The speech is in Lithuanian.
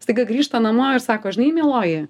staiga grįžta namo ir sako žinai mieloji